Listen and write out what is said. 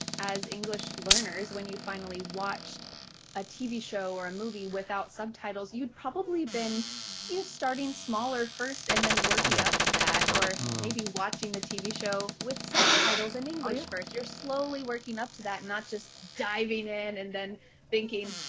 as english learners, when you finally watched a tv show or a and movie without subtitles, you'd probably been you starting smaller first and then working up to that or maybe watching the tv show with some titles in english first. you're slowly working up to that and not just diving in and then thinking,